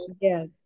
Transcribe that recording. yes